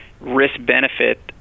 risk-benefit